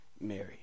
Mary